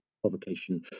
provocation